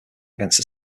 against